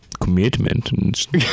Commitment